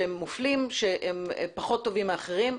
שהם מופלים, שהם פחות טובים מאחרים.